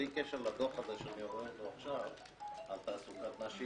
בלי קשר לדוח הזה שאני רואה עכשיו על תעסוקת נשים